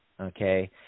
Okay